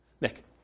Nick